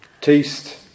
taste